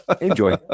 Enjoy